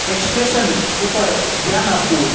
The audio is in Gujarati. એક્સ્પ્રેશન ઉપર ધ્યાન આપવું